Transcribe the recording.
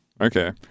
Okay